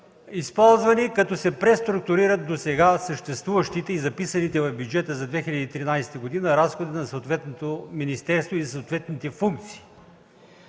използвани като се преструктурират досега съществуващите и записаните в бюджета за 2013 г. разходи за съответното министерство и за съответните функции.